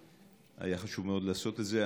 היה חשוב מאוד לעשות את זה.